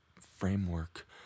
framework